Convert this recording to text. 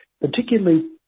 particularly